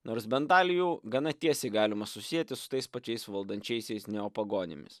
nors bent dalį jų gana tiesiai galima susieti su tais pačiais valdančiaisiais neopagonimis